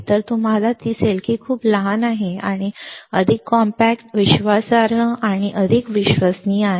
तर तुम्हाला जे दिसेल ते खूप लहान आहे आणि म्हणूनच ते अधिक कॉम्पॅक्ट विश्वासार्ह आहे ते अधिक विश्वसनीय आहे